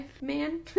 man